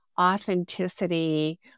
authenticity